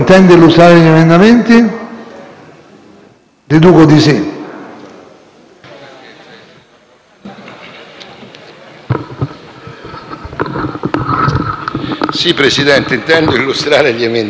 Presidente, intendo illustrare gli emendamenti. Vorrei chiarire un concetto: